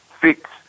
fix